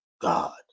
God